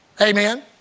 Amen